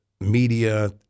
Media